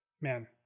man